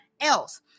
else